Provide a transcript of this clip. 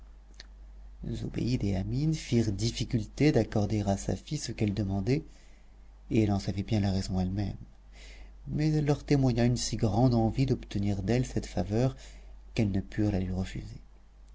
et amine firent difficulté d'accorder à safie ce qu'elle demandait et elle en savait bien la raison elle-même mais elle leur témoigna une si grande envie d'obtenir d'elles cette faveur qu'elles ne purent la lui refuser